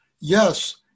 yes